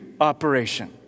operation